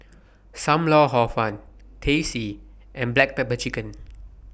SAM Lau Hor Fun Teh C and Black Pepper Chicken